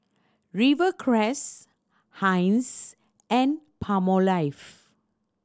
Rivercrest Heinz and Palmolive